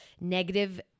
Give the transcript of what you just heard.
negative